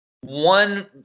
one